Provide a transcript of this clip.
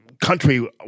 country